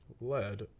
lead